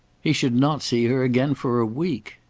he should not see her again for a week.